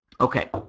Okay